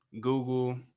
Google